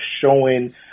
showing